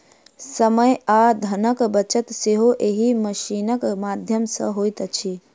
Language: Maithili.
समय आ धनक बचत सेहो एहि मशीनक माध्यम सॅ होइत छै